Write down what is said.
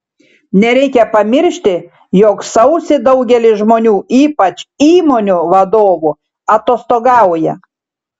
nereikia pamiršti jog sausį daugelis žmonių ypač įmonių vadovų atostogauja